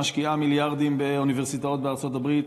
שמשקיעה מיליארדים באוניברסיטאות בארצות הברית.